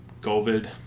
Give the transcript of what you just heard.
COVID